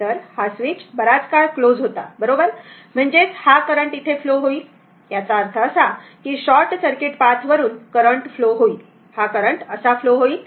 तर हा स्विच बराच काळ क्लोज होता बरोबर म्हणजेच हा करंट फ्लो होईल याचा अर्थ असा की शॉर्ट सर्किट पाथ वरून करंट फ्लो होईल हा करंट असा फ्लो होईल